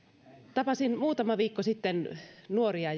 tapasin muutama viikko sitten nuoria